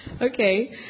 Okay